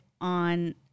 on